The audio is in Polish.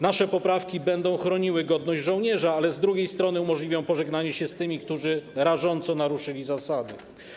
Nasze poprawki będą chroniły godność żołnierza, ale z drugiej strony umożliwią pożegnanie się z tymi, którzy rażąco naruszyli zasady.